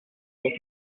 sur